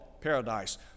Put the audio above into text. paradise